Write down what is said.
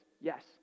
yes